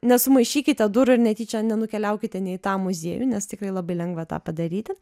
nesumaišykite durų ir netyčia nenukeliaukite ne į tą muziejų nes tikrai labai lengva tą padaryti